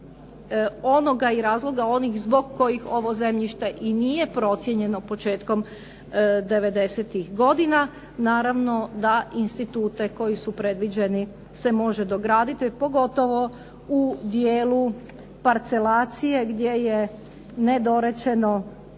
onoga i razloga onih zbog kojih ovo zemljište i nije procijenjeno početkom '90.-ih godina. Naravno da institute koji su predviđeni se može dograditi, pogotovo u dijelu parcelacije gdje je nedorečeno